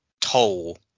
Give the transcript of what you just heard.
toll